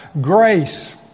Grace